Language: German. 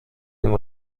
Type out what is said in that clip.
dem